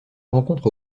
rencontre